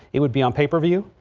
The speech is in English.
it would be on pay per view.